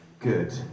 Good